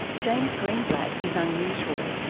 james greenblatt is unusual,